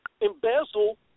embezzle